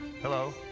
Hello